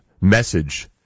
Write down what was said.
message